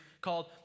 called